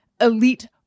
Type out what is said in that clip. elite